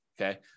Okay